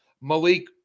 Malik